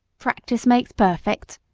practice makes perfect,